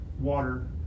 water